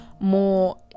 more